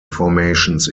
formations